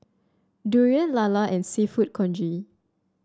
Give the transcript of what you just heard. durian lala and seafood congee